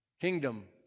Kingdom